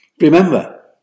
Remember